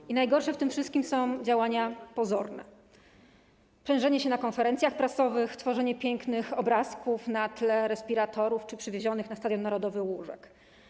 I najgorsze w tym wszystkim są działania pozorne - prężenie się na konferencjach prasowych, tworzenie pięknych obrazków na tle respiratorów czy przywiezionych na Stadion Narodowy łóżek.